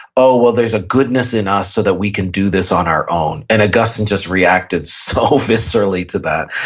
oh, well there's a goodness in us so that we can do this on our own. and augustine just reacted so viscerally to that.